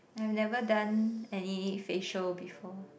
I've never done any facial before